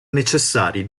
necessari